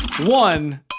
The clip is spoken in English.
one